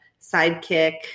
Sidekick